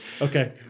Okay